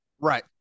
Right